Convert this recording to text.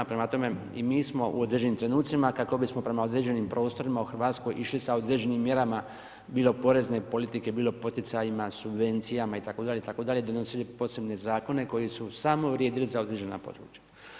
Prema tome, i mi smo u određenim trenutcima kako bismo prema određenim prostorima u Hrvatskoj išli sa određenim mjerama bilo porezne politike, bilo poticajima, subvencijama itd., itd., donosili posebne zakone koji su samo vrijedili za određena područja.